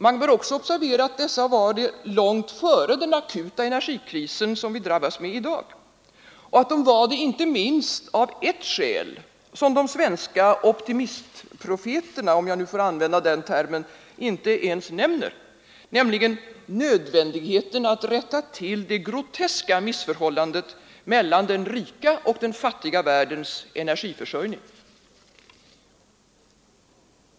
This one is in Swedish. Man bör också observera att de var det långt före den akuta energikris som vi drabbats av i dag och att de var det inte minst av ett skäl som de svenska ”optimistprofeterna” inte ens nämner: nödvändigheten att rätta till det groteska missförhållandet mellan den rika och den fattiga världens energiförsörjning.